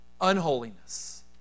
unholiness